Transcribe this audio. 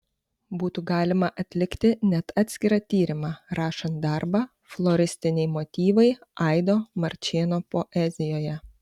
būtų galima atlikti net atskirą tyrimą rašant darbą floristiniai motyvai aido marčėno poezijoje